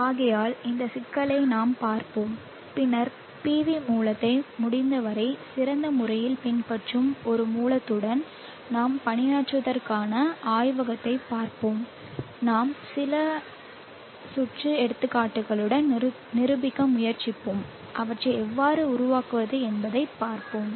ஆகையால் இந்த சிக்கலை நாம் பார்ப்போம் பின்னர் PV மூலத்தை முடிந்தவரை சிறந்த முறையில் பின்பற்றும் ஒரு மூலத்துடன் நாம் பணியாற்றுவதற்கான ஆய்வகத்தைப் பார்ப்போம் நாம் ஒரு சில சுற்று எடுத்துக்காட்டுகளுடன் நிரூபிக்க முயற்சிப்போம் அவற்றை எவ்வாறு உருவாக்குவது என்பதைப் பார்ப்போம்